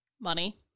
money